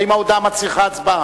האם ההודעה מצריכה הצבעה?